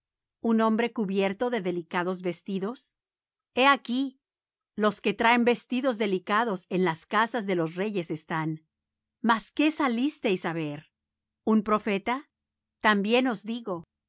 un hombre cubierto de delicados vestidos he aquí los que traen vestidos delicados en las casas de los reyes están mas qué salisteis á ver un profeta también os digo